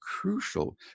crucial